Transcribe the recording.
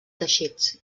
teixits